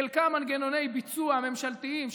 חלקם מנגנוני ביצוע ממשלתיים,